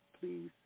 please